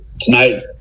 tonight